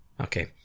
Okay